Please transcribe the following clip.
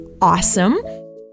awesome